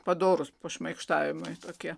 padorūs pašmaikštavimai tokie